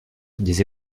des